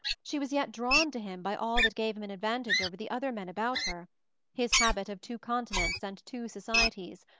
she was yet drawn to him by all that gave him an advantage over the other men about her his habit of two continents and two societies,